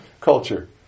culture